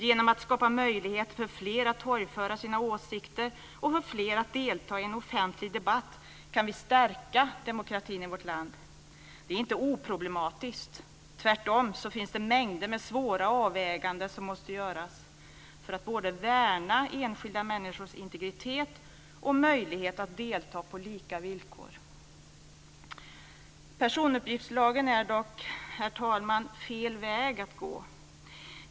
Genom att skapa möjlighet för fler att torgföra sina åsikter och delta i en offentlig debatt kan vi stärka demokratin i vårt land. Detta är inte oproblematiskt; tvärtom finns det mängder med svåra avväganden som måste göras för att värna enskilda människors integritet och möjlighet att delta på lika villkor. Personuppgiftslagen är dock, herr talman, fel väg att gå.